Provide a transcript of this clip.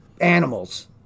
animals